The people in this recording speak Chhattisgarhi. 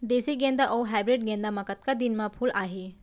देसी गेंदा अऊ हाइब्रिड गेंदा म कतका दिन म फूल आही?